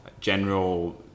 general